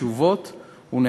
חשובות ונחוצות.